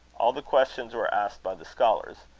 all the questions were asked by the scholars.